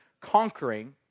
conquering